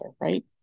right